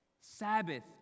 Sabbath